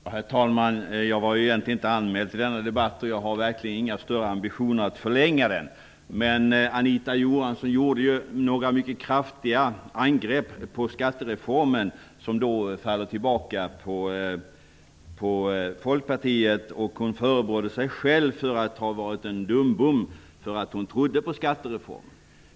Herr talman! Jag var egentligen inte anmäld till denna debatt, och jag har verkligen inga större ambitioner att förlänga den. Anita Johansson gjorde här några mycket kraftiga angrepp på skattereformen, angrepp som faller tillbaka på Folkpartiet, och hon förebrådde sig själv för att ha varit en dumbom då hon trodde på skattereformen.